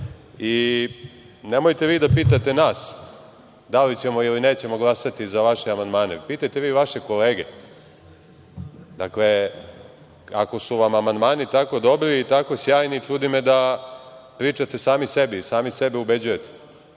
Nemojte vi da pitate nas da li ćemo ili nećemo glasati za vaše amandmane, pitajte vi vaše kolege. Dakle, ako su vam amandmani tako dobri i tako sjajni čudi me da pričate sami sebi i sami sebe ubeđujete. Dakle,